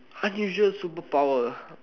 unusual superpower